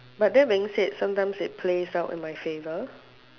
but that being said sometimes it plays out in my favour